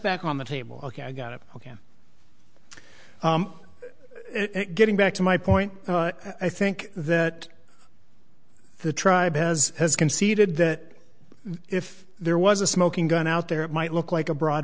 back on the table ok i got it ok getting back to my point i think that the tribe has conceded that if there was a smoking gun out there it might look like a broad